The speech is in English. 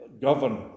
govern